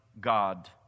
God